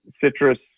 citrus